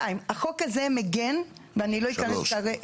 שלוש,